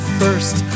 first